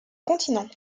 continent